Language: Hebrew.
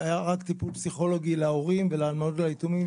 לפני כן היה רק טיפול פסיכולוגי להורים ולאלמנות וליתומים,